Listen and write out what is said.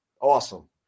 Awesome